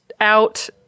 out